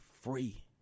free